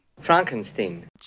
frankenstein